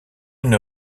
une